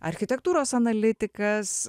architektūros analitikas